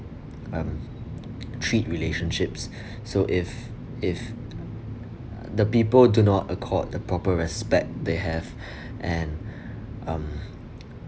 um treat relationships so if if the people do not accord the proper respect they have and and um